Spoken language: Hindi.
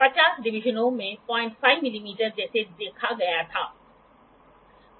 तो 1 और 3 क्वाड्रंटों में इन क्वाड्रंटों में रखे गए वर्कपीस के लिए ओब्टयूस एंगल का उपयोग करें